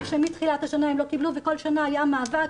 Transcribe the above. שמתחילת השנה הם לא קיבלו וכל שנה היה מאבק,